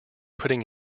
putting